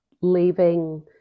leaving